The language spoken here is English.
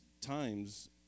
times